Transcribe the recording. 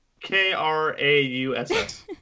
K-R-A-U-S-S